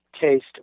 taste